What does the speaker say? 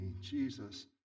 Jesus